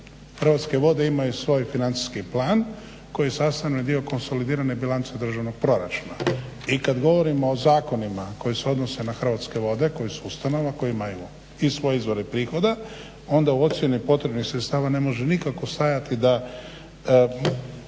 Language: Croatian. Hrvatske vode imaju svoj financijski plan koji je sastavni dio konsolidirane bilance državnog proračuna. I kad govorim o zakonima koji se odnose na Hrvatske vode, koji su ustanova, koji imaju i svoje izvore prihoda, onda u ocjeni potrebnih sredstava ne može nikako stajati da